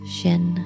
Shin